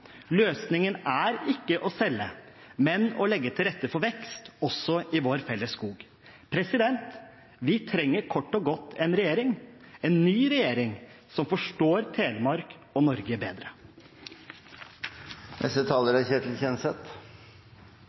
Løsningen er ikke å selge, men å legge til rette for vekst også i vår felles skog. Vi trenger kort og godt en regjering – en ny regjering – som forstår Telemark og Norge